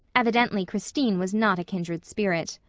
evidently christine was not a kindred spirit.